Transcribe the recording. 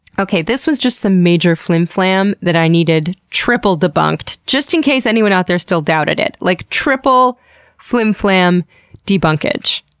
okay, this was just some major flimflam that i needed triple debunked, just in case anyone out there still doubted it. like, triple flimflam debunkage.